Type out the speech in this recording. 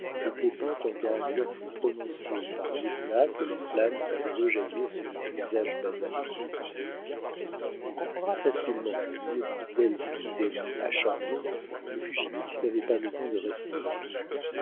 était peinte en caractères plus prononcés par l'éclat que les flammes faisaient rejaillir sur leurs visages basanés on comprendra facilement qu'au milieu d'une telle foule d'ennemis acharnés le fugitif n'avait pas le temps de respirer